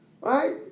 right